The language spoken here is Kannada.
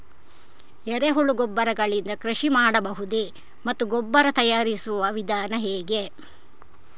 ಎರೆಹುಳು ಗೊಬ್ಬರ ಗಳಿಂದ ಕೃಷಿ ಮಾಡಬಹುದೇ ಮತ್ತು ಗೊಬ್ಬರ ತಯಾರಿಸುವ ವಿಧಾನ ಹೇಗೆ?